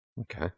okay